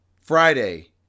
Friday